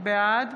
בעד